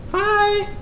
hi!